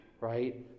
right